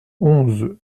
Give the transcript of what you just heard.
onze